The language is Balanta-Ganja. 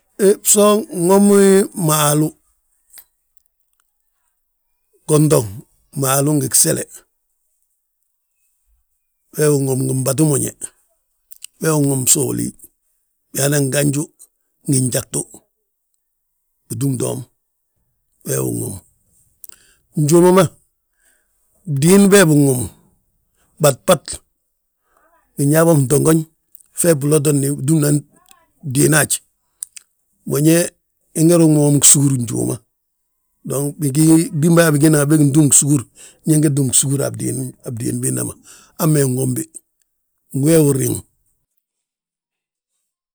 He bso nwomi maalu gontoŋ, maalu ngi gsele wee wi nwomu ngi mbatu moñe, wee nwom bso uléey. Biyaanan nganju, ngi gjagtu, bitúm toom wee wi nwomu. Njuuma ma, bdiin bee bi nwomu, wini binyaa bo fntongoñ, fee bilotodni, bitúmnan bdiini haj. Mbo ñe inge ruŋ womi gsugur njuuma dong gdimbayaa bigiinda ma bég túm gsugur, ñe nge túm gsugur a bdiin biinda ma, hamma wi inwombi, ngi wee wi nriŋu.